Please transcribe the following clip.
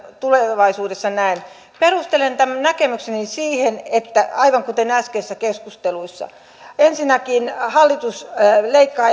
tulevaisuudessa näemme perustelen tämän näkemykseni siihen aivan kuten äskeisissä keskusteluissa että ensinnäkin hallitus leikkaa